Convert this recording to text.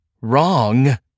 wrong